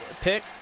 pick